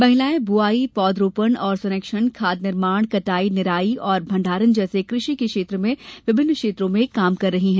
महिलाएं बुआई पौध रोपण और संरक्षण खाद निर्माण कटाई निराई और भंडारण जैसे कृषि के विभिन्न क्षेत्रों में काम कर रही है